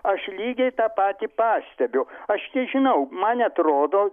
aš lygiai tą patį pastebiu aš nežinau man atrodo